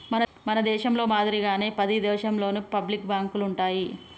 మన దేశంలో మాదిరిగానే ప్రతి దేశంలోను పబ్లిక్ బాంకులు ఉంటాయి